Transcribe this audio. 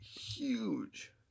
huge